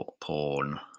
porn